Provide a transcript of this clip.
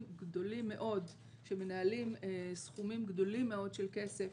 גדולים מאוד שמנהלים סכומים גדולים מאוד של כסף